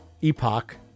epoch